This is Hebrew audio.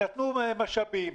נתנו משאבים,